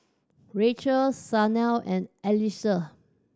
Rachelle Shanell and Alexus